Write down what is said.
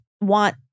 want